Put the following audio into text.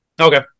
Okay